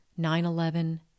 9-11